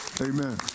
Amen